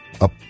up